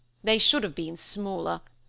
they should have been smaller.